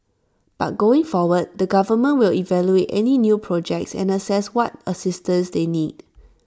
but going forward the government will evaluate any new projects and assess what assistance they need